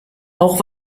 auch